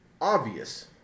obvious